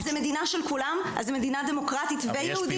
אז זו מדינה של כולם, זו מדינה דמוקרטית ויהודית.